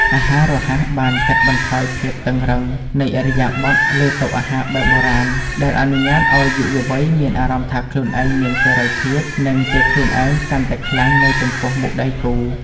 អាហាររហ័សបានកាត់បន្ថយភាពតឹងរ៉ឹងនៃឥរិយាបថលើតុអាហារបែបបុរាណ ដែលអនុញ្ញាតឱ្យយុវវ័យមានអារម្មណ៍ថាខ្លួនឯងមានសេរីភាព និងជាខ្លួនឯងកាន់តែខ្លាំងនៅចំពោះមុខដៃគូ។